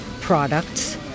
products